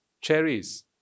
cherries